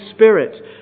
spirit